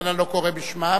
אני לא קורא בשמם